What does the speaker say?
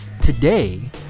Today